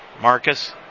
Marcus